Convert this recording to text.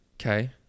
okay